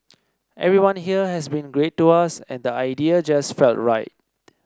everyone here has been great to us and the idea just felt right